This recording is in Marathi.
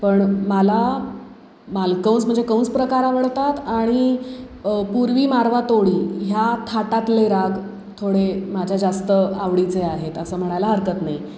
पण मला मालकंस म्हणजे कंस प्रकार आवडतात आणि पूर्वी मारवा तोडी ह्या थाटातले राग थोडे माझ्या जास्त आवडीचे आहेत असं म्हणायला हरकत नाही